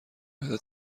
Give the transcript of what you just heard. معده